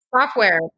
Software